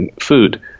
food